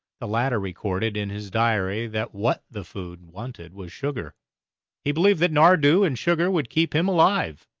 the latter recorded in his diary that what the food wanted was sugar he believed that nardoo and sugar would keep him alive.